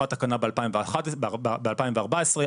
העברת תקנה ב-2014 ,